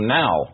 now